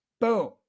Boom